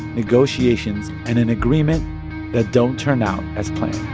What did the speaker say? negotiations and an agreement that don't turn out as planned